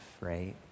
right